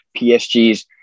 PSG's